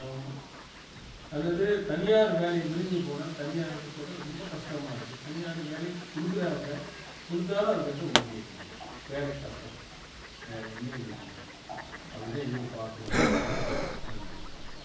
அல்லது தனியார் வேலையை விரும்பி போனால் தனியார்கிட்ட போய்ட்டா ரொம்ப கஷ்டமாக இருக்குது தனியார் வேலை கொடுக்குறாங்க கொடுத்தாலும் அதுக்கேற்ற ஊதியம் இல்லை வேலை கஷ்டம் வேறு ஒன்றும் இல்லைங்க அப்படிதான் எதிர்பார்க்குறோம் ஓகே நன்றி